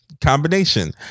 combination